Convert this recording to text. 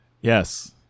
Yes